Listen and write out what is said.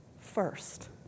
first